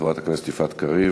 חברת הכנסת יפעת קריב,